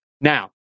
now